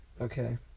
Okay